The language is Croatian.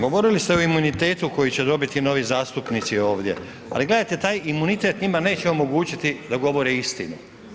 Govorili ste o imunitetu koji će dobiti novi zastupnici ovdje, ali gledajte taj imunitet njima neće omogućiti da govore istinu.